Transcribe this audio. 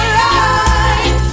right